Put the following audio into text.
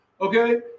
Okay